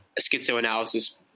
schizoanalysis